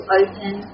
open